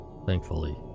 Thankfully